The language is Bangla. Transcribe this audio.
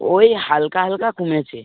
ওই হালকা হালকা কমেছে